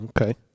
Okay